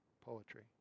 poetry